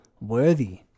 worthy